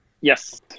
yes